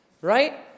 right